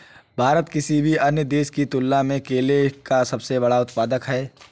भारत किसी भी अन्य देश की तुलना में केले का सबसे बड़ा उत्पादक है